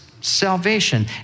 salvation